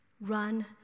Run